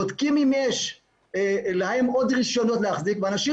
בודקים אם יש להם עוד רישיונות להחזיק ולאנשים